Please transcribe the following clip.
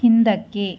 ಹಿಂದಕ್ಕೆ